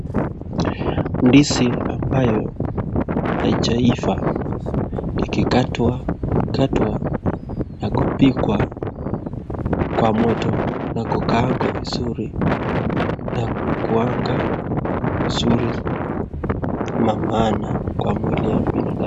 Ndizi ambayo haijaivaa ikikatwa katwa na kupikwa kwa moto na kukaangwa vizuri inakuanga mzuri na maana kwa mwili ya binadamu.